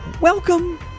Welcome